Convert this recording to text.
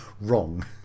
wrong